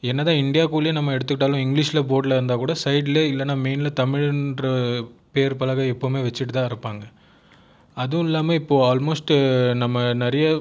என்னதான் இண்டியாகுள்ளேயே நம்ம எடுத்துக்கிட்டாலும் இங்கிலீஷில் போர்டில் இருந்தால்கூட சைடில் இல்லை மெயினில் தமிழ்ங்ற பெயர் பலகை எப்போதுமே வெச்சுட்டு தான் இருப்பாங்க அதுவும் இல்லாமல் இப்போது அல்மோஸ்ட் நம்ம நிறைய